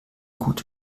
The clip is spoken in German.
gute